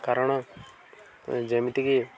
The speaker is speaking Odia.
କାରଣ ଯେମିତିକି